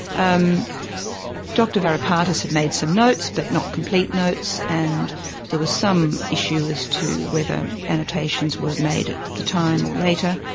um dr varipatis had made some notes but not complete notes, and there was some issue as to whether annotations were made at the time or later.